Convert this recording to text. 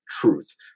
truth